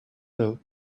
know